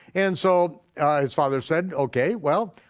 and so his father said okay, well,